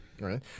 Right